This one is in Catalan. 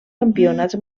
campionats